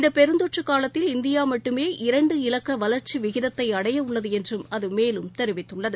இந்தபெருந்தொற்றுகாலத்தில் இந்தியாமட்டுமே இரண்டு இலக்கவளர்ச்சிவிகிதத்தைஅடையவுள்ளதுஎன்றுஅதுமேலும் தெரிவித்துள்ளது